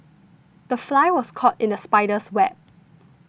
the fly was caught in the spider's web